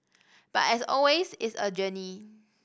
but as always it's a journey